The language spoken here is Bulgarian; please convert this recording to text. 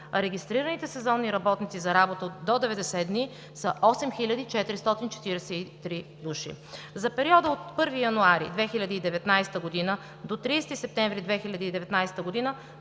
а регистрираните сезонни работници за работа до 90 дни са 8443 души. За периода от 1 януари до 30 септември 2019 г.